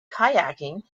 kayaking